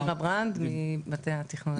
שירה ברנד ממטה התכנון הלאומי.